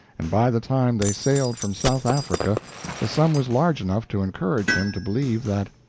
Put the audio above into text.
and by the time they sailed from south africa the sum was large enough to encourage him to believe that,